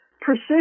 precision